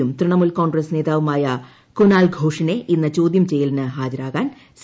യും തൃണമൂൽ കോൺഗ്രസ് നേതാവുമായ കുനാൽ ഘോഷിനെ ഇന്ന് ചോദൃം ചെയ്യലിന് ഹാജരാകാൻ സി